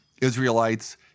Israelites